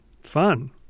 fun